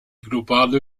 globale